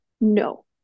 no